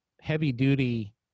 heavy-duty